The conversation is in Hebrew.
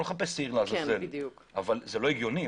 לא מחפש שעיר לעזאזל, אבל זה לא הגיוני.